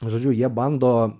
žodžiu jie bando